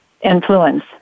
influence